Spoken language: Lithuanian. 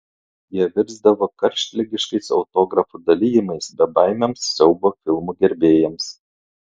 jie virsdavo karštligiškais autografų dalijimais bebaimiams siaubo filmų gerbėjams